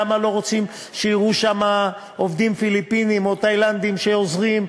למה לא רוצים שיראו שם עובדים פיליפינים או תאילנדים שעוזרים,